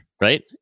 right